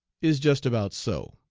is just about so